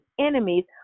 enemies